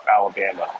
alabama